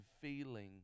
feeling